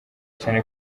cyane